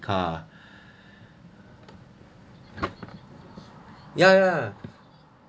car ya ya